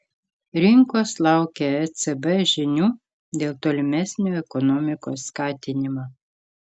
rinkos laukia ecb žinių dėl tolimesnio ekonomikos skatinimo